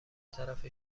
طرف